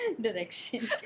direction